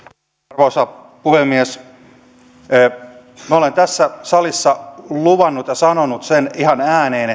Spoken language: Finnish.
arvoisa puhemies olen tässä salissa luvannut ja sanonut tuon äskeisen ihan ääneen